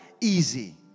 easy